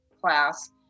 class